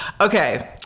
okay